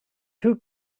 two